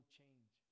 change